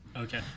Okay